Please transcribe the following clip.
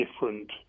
different